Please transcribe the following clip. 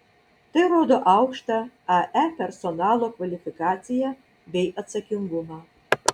tai rodo aukštą ae personalo kvalifikaciją bei atsakingumą